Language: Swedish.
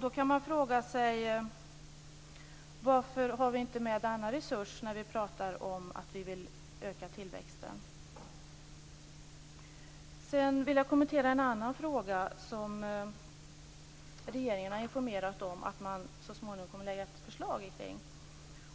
Då kan man fråga sig varför vi inte har med denna resurs när vi pratar om att öka tillväxten. Sedan vill jag kommentera en annan fråga som regeringen har informerat om att den så småningom kommer att lägga ett förslag